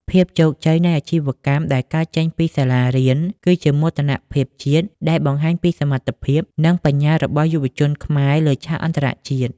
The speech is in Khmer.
ភាពជោគជ័យនៃអាជីវកម្មដែលកើតចេញពីសាលារៀន គឺជាមោទនភាពជាតិដែលបង្ហាញពីសមត្ថភាព និងបញ្ញារបស់យុវជនខ្មែរលើឆាកអន្តរជាតិ។